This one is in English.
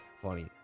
funny